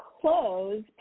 close